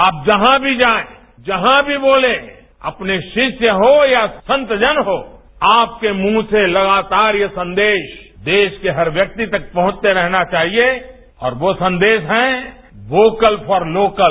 आप जहां भी जाएं जहां भी बोलें अपने शिष्य हों या संत जन हों आपके मुंह से लगातार ये संदेश देश के हर व्यक्ति तक पहंचते रहना चाहिएं और वो संदेश हैं वोकल फॉर लोकल